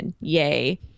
Yay